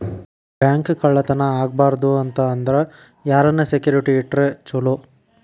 Bank ಕಳ್ಳತನಾ ಆಗ್ಬಾರ್ದು ಅಂತ ಅಂದ್ರ ಯಾರನ್ನ ಸೆಕ್ಯುರಿಟಿ ಇಟ್ರ ಚೊಲೊ?